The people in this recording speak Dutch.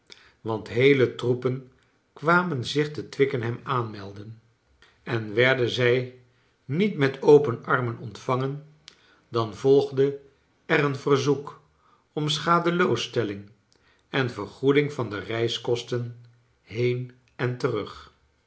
want heele troepen kwamen zich te twickenham aanmelden en werden zij niet met open armen ontvangen dan volgde er een verzoek om schadeloosstelling en vergoeding van de reiskosten he en en terug